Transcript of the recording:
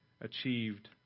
achieved